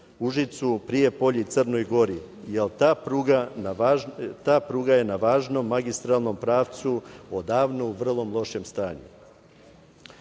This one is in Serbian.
Užicu, Prijepolju i Crnoj Gori. Ta pruga je na važnom magistralnom pravcu odavno u vrlo lošem stanju. Time